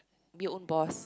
be your own boss